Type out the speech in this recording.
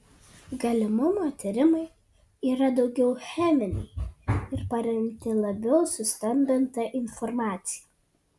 galimumo tyrimai yra daugiau scheminiai ir paremti labiau sustambinta informacija